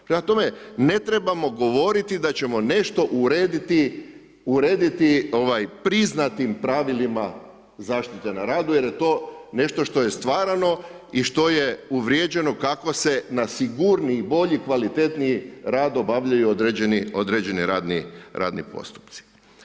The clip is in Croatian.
Prema tome, ne trebamo govoriti da ćemo nešto urediti priznatim pravilima zaštite na radu jer je to nešto što je stvarano i što je uvrijeđeno kako se na sigurniji, bolji i kvalitetniji rad obavljaju određeni radni postupci.